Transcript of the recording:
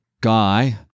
guy